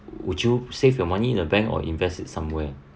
would you save your money in a bank or invest it somewhere